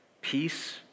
Peace